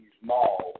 malls